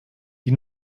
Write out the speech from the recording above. die